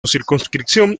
circunscripción